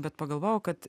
bet pagalvojau kad